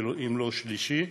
אם לא שלישי,